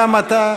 גם אתה,